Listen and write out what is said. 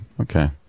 Okay